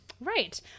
Right